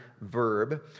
verb